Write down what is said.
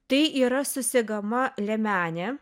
tai yra susegama liemenė